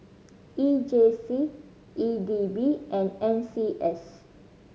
E J C E D B and N C S